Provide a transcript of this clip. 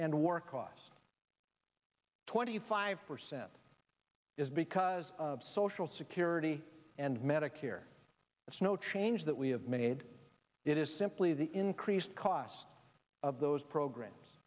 and war costs twenty five percent is because of social security and medicare it's no change that we have made it is simply the increased cost of those programs